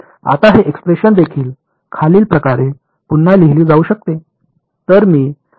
आता हे एक्सप्रेशन देखील खालील प्रकारे पुन्हा लिहिली जाऊ शकते